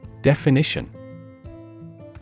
Definition